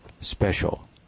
special